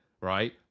right